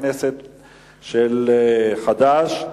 אנחנו מצביעים על ההסתייגויות של חברי הכנסת של חד"ש,